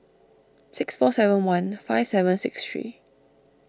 six four seven one five seven six three